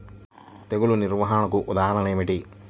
తెగులు నిర్వహణకు ఉదాహరణలు ఏమిటి?